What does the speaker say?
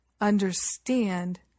understand